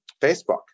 Facebook